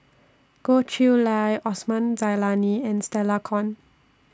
Goh Chiew Lye Osman Zailani and Stella Kon